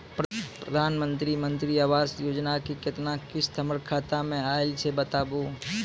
प्रधानमंत्री मंत्री आवास योजना के केतना किस्त हमर खाता मे आयल छै बताबू?